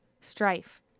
strife